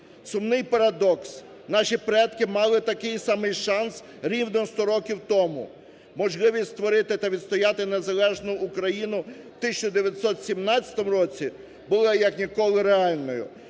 Сумний парадокс, наші предки малий такий самий шанс рівно сто років тому. Можливість створити та відстояти незалежну Україну 1917 році була як ніколи реальною.